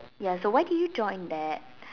ya so why did you join that